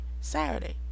Saturday